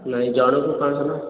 ନାଇଁ ଜଣକୁ ପାଞ୍ଚ ଶହ ନା